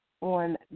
on